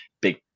big